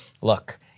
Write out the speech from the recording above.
look